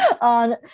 on